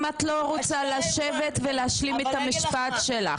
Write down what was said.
אם את לא רוצה לשבת ולהשלים את המשפט שלך.